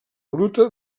bruta